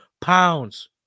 pounds